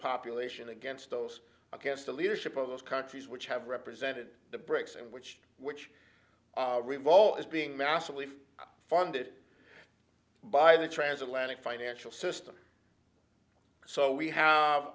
population against those against the leadership of those countries which have represented the brics and which to which revolve is being massively funded by the transatlantic financial system so we have